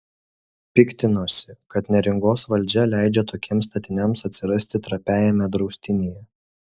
piktinosi kad neringos valdžia leidžia tokiems statiniams atsirasti trapiajame draustinyje